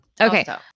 Okay